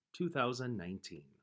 2019